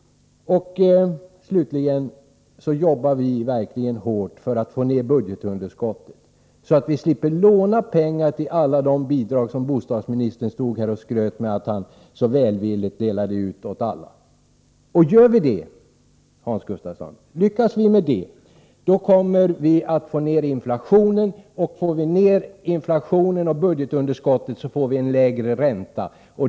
Slutligen jobbar vi verkligen hårt för att få ned budgetunderskottet, så att vårt land slipper låna pengar till de många bidrag som bostadsministern här skröt över att han så välvilligt delar ut åt alla. Lyckas vi med det, Hans Gustafsson, kommer vi att få ned inflationen. Och får vi ned inflationen och budgetunderskottet blir det en lägre ränta.